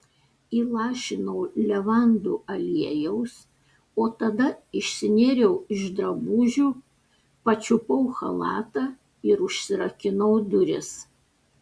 įlašinau levandų aliejaus o tada išsinėriau iš drabužių pačiupau chalatą ir užsirakinau duris